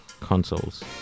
Consoles